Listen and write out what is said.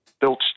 built